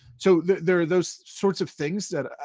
so there are those sorts of things that